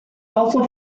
also